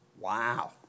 Wow